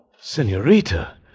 Senorita